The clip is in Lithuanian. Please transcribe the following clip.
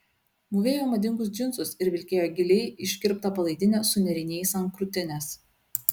mūvėjo madingus džinsus ir vilkėjo giliai iškirptą palaidinę su nėriniais ant krūtinės